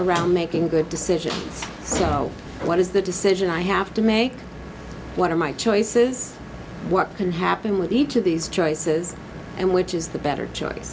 around making good decisions so what is the decision i have to make why my choices what can happen with each of these choices and which is the better choice